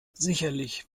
sicherlich